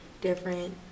different